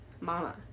mama